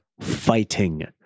fighting